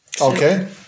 Okay